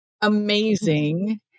amazing